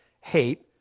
hate